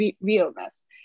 realness